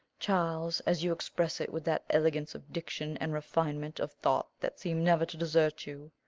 charles, as you express it with that elegance of diction and refinement of thought that seem never to desert you.